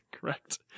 Correct